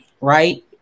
right